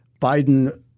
Biden